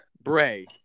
Bray